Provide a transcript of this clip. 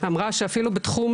אמרה שאפילו בתחום